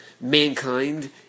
Mankind